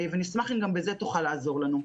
נשמח אם גם בזה תוכל לעזור לנו.